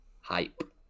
hype